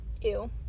ew